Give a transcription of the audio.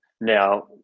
now